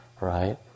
right